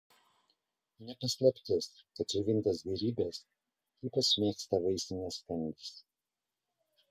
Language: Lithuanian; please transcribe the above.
ne paslaptis kad džiovintas gėrybes ypač mėgsta vaisinės kandys